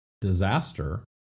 disaster